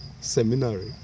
seminary